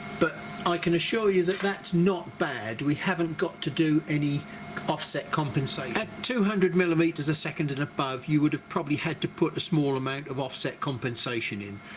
but i can assure you that that's not bad we haven't got to do any offset compensation. at two hundred millimeters a second and above you would have probably had to put a small amount of offset compensation in,